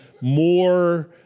more